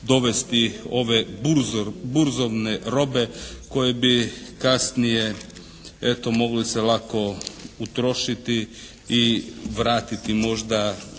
ove burzovne robe koje bi kasnije eto mogle se lako utrošiti i vratiti možda